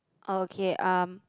okay um